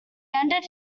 ended